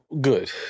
Good